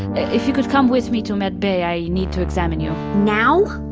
and if you could come with me to med bay, i need to examine you now?